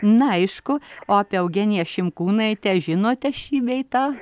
na aišku o apie eugeniją šimkūnaitę žinote šį bei tą